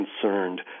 concerned